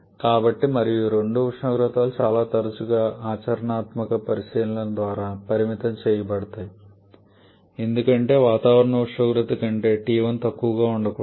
కాబట్టి మరియు ఈ రెండు ఉష్ణోగ్రతలు చాలా తరచుగా ఆచరణాత్మక పరిశీలనల ద్వారా పరిమితం చేయబడతాయి ఎందుకంటే వాతావరణ ఉష్ణోగ్రత కంటే T1 తక్కువగా ఉండకూడదు